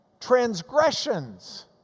Transgressions